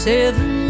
Seven